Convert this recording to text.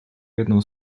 jedną